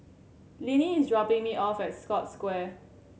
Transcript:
Linnie is dropping me off at Scotts Square